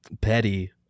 petty